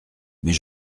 mais